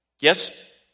Yes